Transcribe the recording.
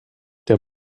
der